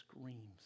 screams